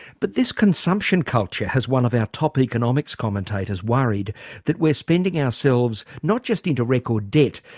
but this consumption culture has one of our top economics commentators worried that we're spending ourselves, not just into record debt,